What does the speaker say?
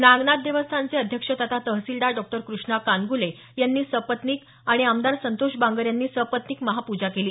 नागनाथ देवस्थानचे अध्यक्ष तथा तहसीलदार डॉक्टर कृष्णा कानगुले यांनी सपत्नीक आणि आमदार संतोष बांगर यांनी सपत्नीक महापूजा केली